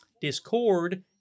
Discord